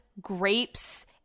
grapes